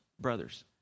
brothers